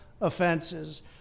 offenses